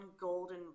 golden